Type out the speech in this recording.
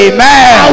Amen